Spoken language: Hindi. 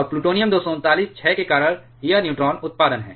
और प्लूटोनियम 239 क्षय के कारण यह न्यूट्रॉन उत्पादन है